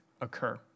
occur